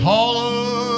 Taller